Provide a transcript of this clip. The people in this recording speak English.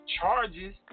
charges